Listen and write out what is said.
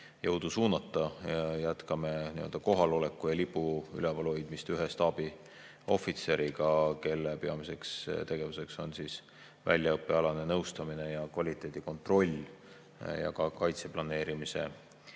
jõudu suunata. Jätkame kohalolekut ja lipu ülevalhoidmist ühe staabiohvitseriga, kelle peamine tegevus on väljaõppealane nõustamine ja kvaliteedikontroll ning ka kaitseplaneerimise